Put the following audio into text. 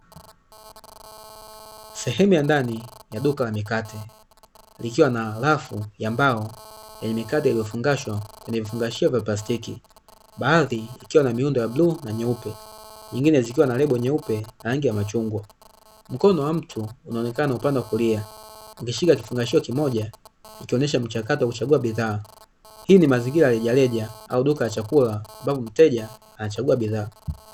Sehemu ya ndani ya duka la mikate, likiwa na rafu ya mbao yenye mikate iliyofungashwa kwenye vifungashio vya plastiki. Baadhi ikiwa na miundo ya bluu na nyeupe, nyingine zikiwa na lebo nyeupe na rangi ya machungwa. Mkono wa mtu unaonekana upande wa kulia, ukishika kifungashio kimoja ikionesha mchakato wa kuchagua bidhaa. Hii ni mazingira ya rejareja au duka la chakula ambapo mteja anachagua bidhaa.